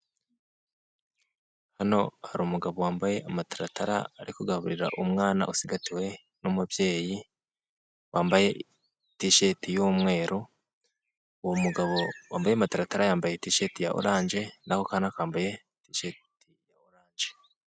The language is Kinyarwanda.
Hano hari umugabo wambaye amataratara ari kugaburira umwana ucigatiwe n'umubyeyi wambaye tisheti y'umweru, uwo mugabo wambaye amataratara yambaye tisheti ya oranje, nako kana kambaye tisheti ya oranje.